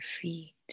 feet